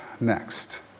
next